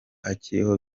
akiriho